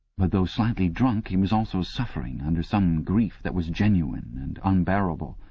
but though slightly drunk he was also suffering under some grief that was genuine and unbearable.